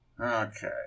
Okay